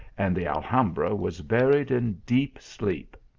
and the al hambra was buried in deep sleep.